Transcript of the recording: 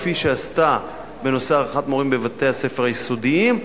כפי שעשתה בנושא הערכת מורים בבתי-הספר היסודיים,